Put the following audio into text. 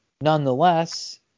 nonetheless